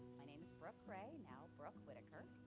my name is brooke ray, now brooke whitaker.